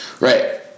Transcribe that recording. Right